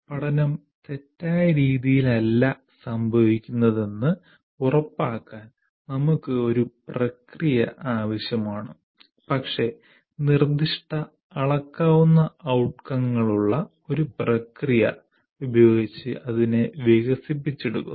പഠനം തെറ്റായ രീതിയിൽ അല്ല സംഭവിക്കുന്നതെന്ന് ഉറപ്പാക്കാൻ നമുക്ക് ഒരു പ്രക്രിയ ആവശ്യമാണ് പക്ഷേ നിർദ്ദിഷ്ട അളക്കാവുന്ന ഔട്ട്കങ്ങളുള്ള ഒരു പ്രക്രിയ ഉപയോഗിച്ച് അതിനെ വികസിപ്പിച്ചെടുക്കുന്നു